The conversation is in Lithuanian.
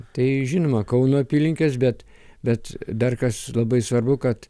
tai žinoma kauno apylinkes bet bet dar kas labai svarbu kad